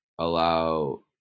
allow